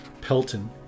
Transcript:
Pelton